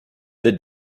the